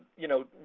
you know,